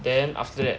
then after that